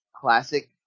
classic